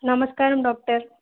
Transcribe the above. నమస్కారం డాక్టర్